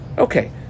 Okay